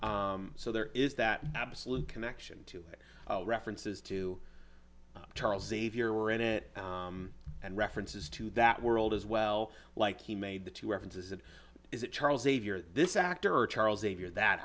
film so there is that absolute connection to it references to charles xavier were in it and references to that world as well like he made the two references it is charles xavier this actor or charles xavier that